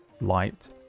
light